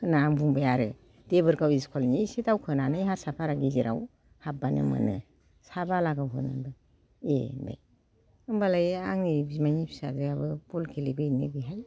होनना बुंबाय आरो देबोरगाव इस्कुलनि एसे दावखोनानै हारसा फारा गेजेराव हाबबानो मोनो सा बालागाव होनो होनबाय ए होनबाय होनबालाय आंनि बिमाइनि फिसाजोआबो बल गेलेफैयोनो बेहाय